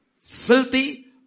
filthy